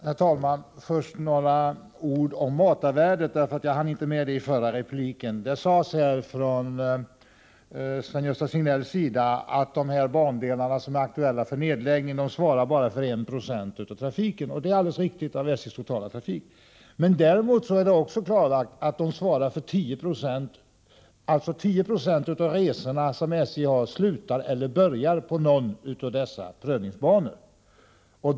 Herr talman! Först några ord om matarvärdet, eftersom jag inte hann med den saken i min förra replik. Sven-Gösta Signell sade att de bandelar som är aktuella för nedläggning bara svarar för 1 90 av SJ:s totala trafik, och det är alldeles riktigt. Men det är också klarlagt att 10 96 av resorna på SJ slutar eller börjar på någon av dessa prövningsbanor.